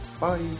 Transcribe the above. Bye